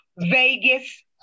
Vegas